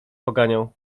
poganiał